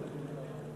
מסים.